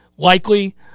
Likely